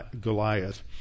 Goliath